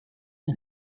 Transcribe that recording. and